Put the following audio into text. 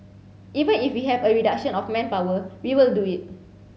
even if we have a reduction of manpower we will do it